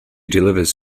delivers